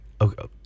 Okay